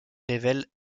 révèle